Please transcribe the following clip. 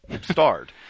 starred